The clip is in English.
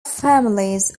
families